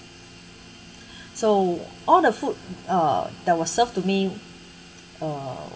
so all the food uh that was served to me uh